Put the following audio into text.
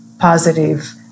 positive